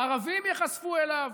הערבים ייחשפו אליו.